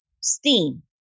STEAM